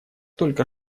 только